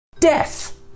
death